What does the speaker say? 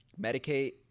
Medicaid